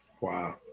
Wow